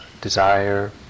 desire